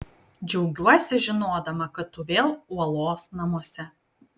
džiaugiuosi žinodama kad tu vėl uolos namuose